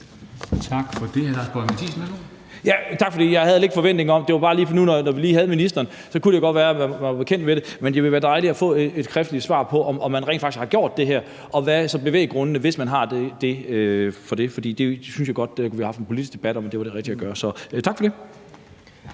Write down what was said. Tak for det.